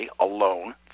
alone